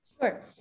Sure